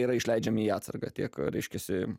yra išleidžiami į atsargą tiek reiškiasi